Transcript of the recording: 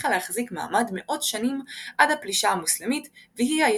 והצליחה להחזיק מעמד מאות שנים עד הפלישה